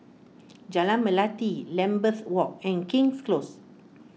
Jalan Melati Lambeth Walk and King's Close